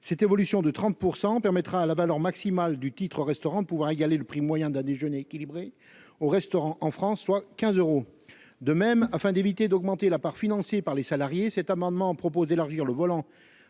cette évolution de 30 pour 100 permettra à la valeur maximale du titre-restaurant pouvoir égaler le prix moyen d'un déjeuner équilibré au restaurant en France, soit 15 euros de même afin d'éviter d'augmenter la part financée par les salariés, cet amendement propose d'élargir le volant